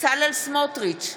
בצלאל סמוטריץ'